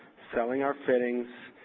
selling our fittings.